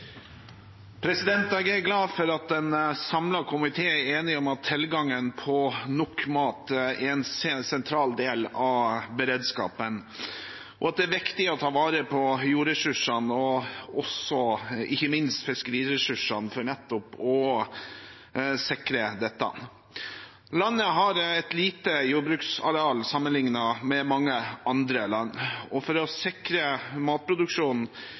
Jeg er glad for at en samlet komité er enig om at tilgangen på nok mat er en sentral del av beredskapen, og at det er viktig å ta vare på jordressursene, og ikke minst fiskeriressursene, for nettopp å sikre dette. Landet har et lite jordbruksareal sammenlignet med mange andre land, og for å sikre matproduksjonen